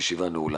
הישיבה ננעלה